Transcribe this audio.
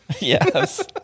Yes